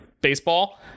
baseball